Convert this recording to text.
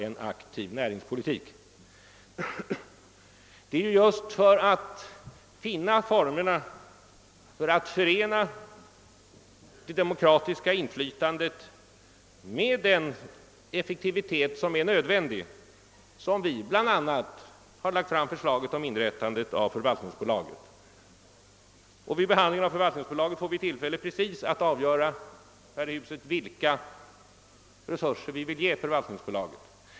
Men det är ju bl.a. just för att finna formerna för att förena det demokratiska inflytandet med den nödvändiga effektiviteten som vi lagt fram förslaget om inrättande av förvaltningsbolaget. Vid behandlingen av det förslaget får vi här i riksdagen tillfälle att avgöra vilka resurser vi vill ge förvaltningsbolaget.